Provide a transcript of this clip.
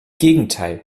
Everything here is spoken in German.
gegenteil